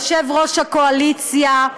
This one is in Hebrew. יושב-ראש הקואליציה,